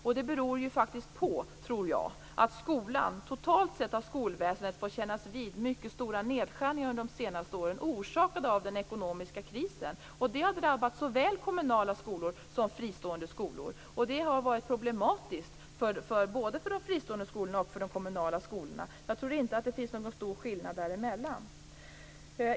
Jag tror att det beror på att skolväsendet totalt sett har fått kännas vid mycket stora nedskärningar under de senaste åren, orsakade av den ekonomiska krisen. Det har drabbat såväl kommunala skolor som fristående skolor. Det har varit problematiskt både för de fristående skolorna och för de kommunala skolorna. Jag tror inte att det finns någon stor skillnad däremellan.